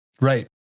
Right